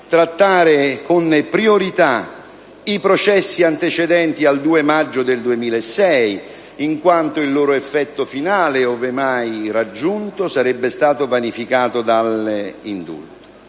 trattare con priorità i processi antecedenti al 2 maggio 2006, in quanto il loro effetto finale, ove mai raggiunto, sarebbe stato vanificato dall'indulto.